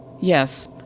Yes